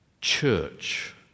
Church